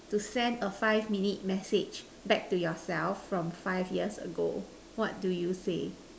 to send a five minute message back to yourself from five years ago what do you say